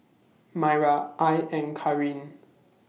Myra I and Carin